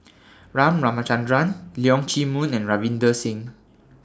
Ramachandran Leong Chee Mun and Ravinder Singh